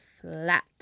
flat